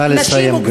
נא לסיים,